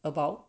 about